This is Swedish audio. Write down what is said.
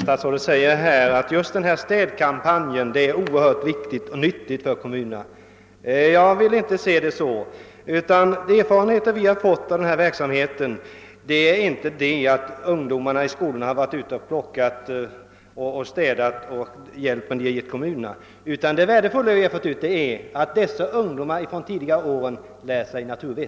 Statsrådet säger att just denna städkampanj är oerhört nyttig och viktig för kommunerna. Jag vill inte se det så. Det värdefulla resultatet av denna verksamhet är inte att ungdomarna i skolorna har varit ute och städat och hjälpt kommunerna, utan det värdefulla är att dessa ungdomar från tidiga år lär sig naturvett.